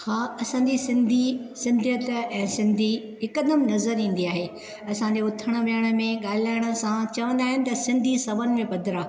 हा असां जी सिंधी सिंधियत ऐं सिंधी हिकु दम नज़रि ईंदी आहे असां जे उथण वेहण में ॻाल्हाइण सां चवंदा आहिनि त सिंधी सवनि में पधरा